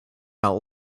out